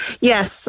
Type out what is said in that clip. Yes